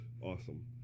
Awesome